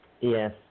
Yes